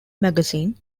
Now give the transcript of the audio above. magazine